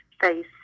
face